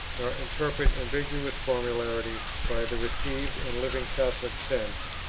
nor interpret ambiguous formularies by the received and living catholic sense,